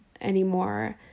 anymore